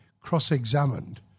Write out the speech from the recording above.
cross-examined